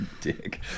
Dick